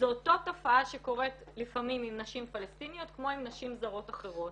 זו אותה תופעה שקורית לפעמים עם נשים פלשתיניות כמו עם נשים זרות אחרות.